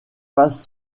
passe